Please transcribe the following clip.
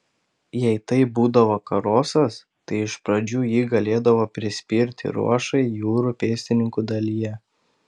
jei tai būdavo karosas tai iš pradžių jį galėdavo prispirti ruošai jūrų pėstininkų dalyje